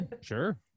Sure